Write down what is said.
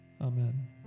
Amen